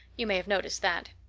you may have noticed that.